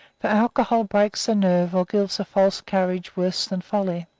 for alcohol breaks the nerve or gives a false courage worse than folly